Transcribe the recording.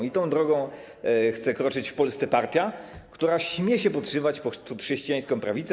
I tą drogą chce kroczyć w Polsce partia, która śmie się podszywać pod chrześcijańską prawicę.